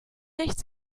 nicht